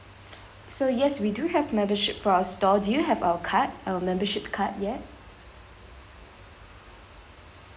so yes we do have membership for our store do you have our card our membership card yet